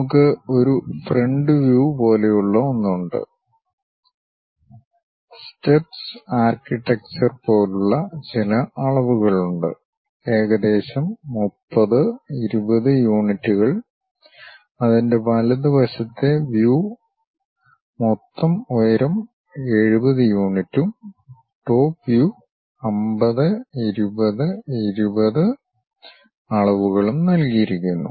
നമുക്ക് ഒരു front view പോലെയുള്ള ഒന്ന് ഉണ്ട് സ്റ്റെപ്പ്സ് ആർക്കിടെക്ചർ പോലുള്ള ചില അളവുകൾ ഉണ്ട് ഏകദേശം 30 20 യൂണിറ്റുകൾ അതിന്റെ വലതുവശത്തെ വ്യൂ മൊത്തം ഉയരം 70 യൂണിറ്റും ടോപ് വ്യൂ 50 20 20 അളവുകളും നൽകിയിരിക്കുന്നു